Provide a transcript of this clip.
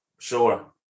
Sure